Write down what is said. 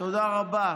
תודה רבה.